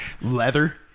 leather